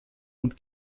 und